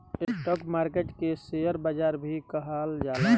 stock market के share बाजार भी कहल जाला